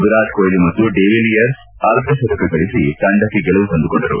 ವಿರಾಟ್ ಕೊಹ್ಲಿ ಮತ್ತು ಡಿವಿಲಿಯರ್ಸ್ ಅರ್ಧಶಕ ಗಳಿಸಿ ತಂಡಕ್ಕೆ ಗೆಲುವು ತಂದುಕೊಟ್ಲರು